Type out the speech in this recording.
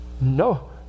No